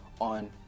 on